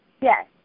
Yes